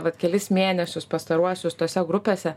vat kelis mėnesius pastaruosius tose grupėse